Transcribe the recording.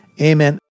amen